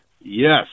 yes